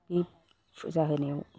बे फुजा होनायाव